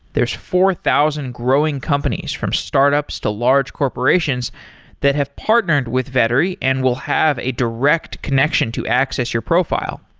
there's four thousand growing companies, from startups to large corporations that have partnered with vettery and will have a direct connection to access your profile.